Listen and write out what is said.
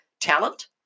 talent